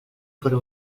fóra